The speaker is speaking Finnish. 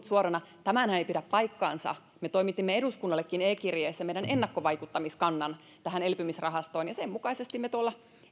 suorana tämähän ei pidä paikkaansa me toimitimme eduskunnallekin e kirjeessä meidän ennakkovaikuttamiskantamme tähän elpymisrahastoon ja sen mukaisesti me tuolla